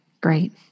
great